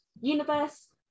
universe